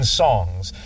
songs